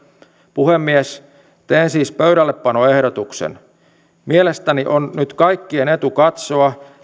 puhemies teen siis pöydällepanoehdotuksen mielestäni on nyt kaikkien etu katsoa